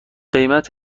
قیمت